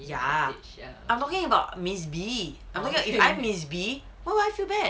ya I'm talking about miss B I'm talking if I'm miss B why would I feel bad